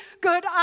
good